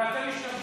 ואתם משתמשים,